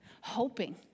hoping